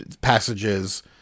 passages